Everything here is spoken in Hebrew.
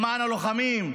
למען הלוחמים.